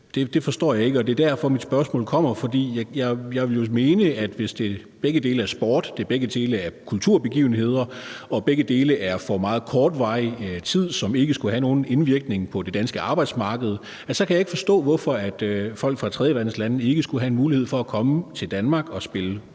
forstår jeg ikke. Det er derfor, at jeg stiller mit spørgsmål. Hvis begge dele er sport, begge dele er kulturbegivenheder og begge dele er for meget kortvarig tid og ikke skulle have nogen indvirkning på det danske arbejdsmarked, så kan jeg ikke forstå, hvorfor folk fra tredjeverdenslande ikke skulle have mulighed som en dartspiller for at komme til Danmark og spille